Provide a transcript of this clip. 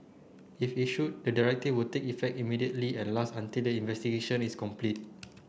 if issued the directive will take effect immediately and last the investigation is complete